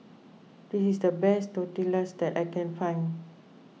this is the best Tortillas that I can find